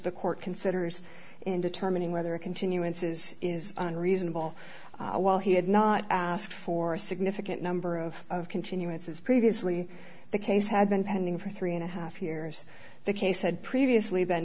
the court considers in determining whether a continuances is unreasonable while he had not asked for a significant number of continuance as previously the case had been pending for three and a half years the case had previously been